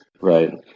Right